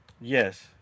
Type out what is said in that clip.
Yes